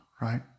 right